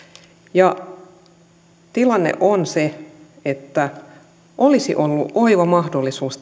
ja tilanne on se että olisi ollut oiva mahdollisuus